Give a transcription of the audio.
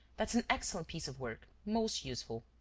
that's an excellent piece of work most useful.